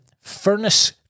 Furnace